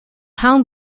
hound